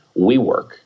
WeWork